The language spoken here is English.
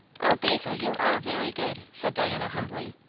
o, basil, you are very good! said diana humbly.